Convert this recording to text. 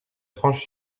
tranche